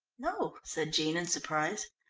no, said jean in surprise.